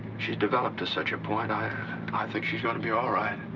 she's developed to such a point, i i. i think she's gonna be all right.